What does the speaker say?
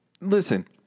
listen